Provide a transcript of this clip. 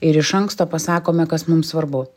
ir iš anksto pasakome kas mum svarbu